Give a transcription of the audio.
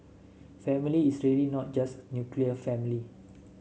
family is really not just nuclear family